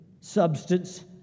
substance